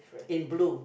in blue